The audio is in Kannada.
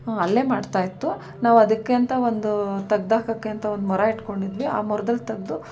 ಅಲ್ಲೇ ಮಾಡ್ತಾಯಿತ್ತು ನಾವು ಅದಕ್ಕೆ ಅಂತ ಒಂದು ತೆಗ್ದಾಕೋಕ್ಕೆ ಅಂತ ಒಂದು ಮೊರ ಇಟ್ಕೊಂಡಿದ್ವಿ ಆ ಮೊರದಲ್ಲಿ ತೆಗೆದು